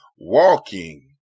walking